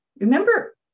Remember